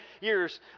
years